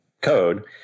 code